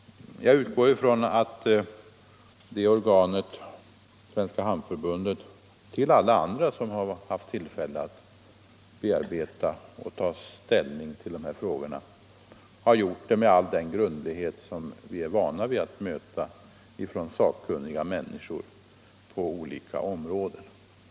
Jag utgår från att Svenska hamnförbundet och alla andra som har haft tillfälle att bearbeta och ta ställning till dessa frågor har gjort det med all den grundlighet som vi är vana vid att möta från sakkunniga människor på olika områden.